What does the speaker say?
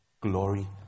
glory